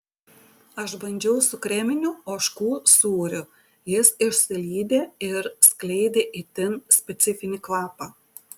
aš bandžiau su kreminiu ožkų sūriu jis išsilydė ir skleidė itin specifinį kvapą